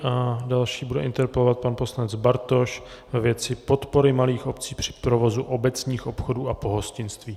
A další bude interpelovat pan poslanec Bartoš ve věci podpory malých obcí při provozu obecních obchodů a pohostinství.